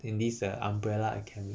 in this uh umbrella academy